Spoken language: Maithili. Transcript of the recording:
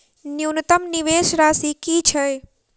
न्यूनतम निवेश राशि की छई?